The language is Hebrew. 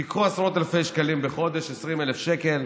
תיקחו עשרות אלפי שקלים בחודש, 20,000 שקל,